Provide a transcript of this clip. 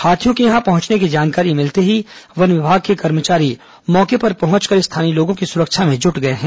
हाथियों के यहां पहुंचने की जानकारी मिलते ही वन विभाग के कर्मचारी मौके पर पहुंचकर स्थानीय लोगों की सुरक्षा में जुट गए हैं